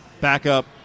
Backup